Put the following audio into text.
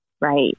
Right